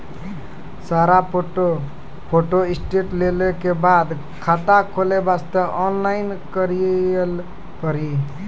सारा photo photostat लेल के बाद खाता खोले वास्ते ऑनलाइन करिल पड़ी?